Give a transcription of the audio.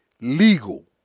legal